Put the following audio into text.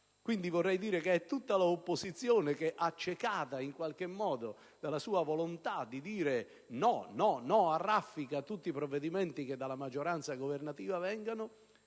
Quindi, vorrei dire che è tutta l'opposizione ad essere accecata in qualche modo dalla sua volontà di dire «no, no, no» a raffica, a tutti i provvedimenti che dalla maggioranza governativa vengono